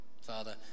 Father